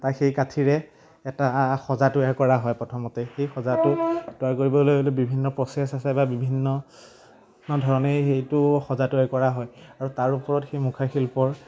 এটা সেই কাঠিৰে এটা সজা তৈয়াৰ কৰা হয় প্ৰথমতে সেই সজাটো তৈয়াৰ কৰিবলৈ হ'লে বিভিন্ন প্ৰচেছ আছে বা বিভিন্ন ধৰণেই সেইটো সজা তৈয়াৰ কৰা হয় আৰু তাৰ ওপৰত সেই মুখা শিল্পৰ